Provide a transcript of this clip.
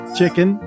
chicken